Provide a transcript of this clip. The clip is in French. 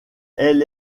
elle